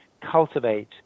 cultivate